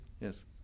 yes